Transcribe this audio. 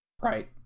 Right